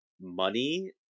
money